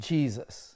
Jesus